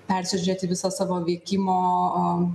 persižiūrėti visą savo veikimo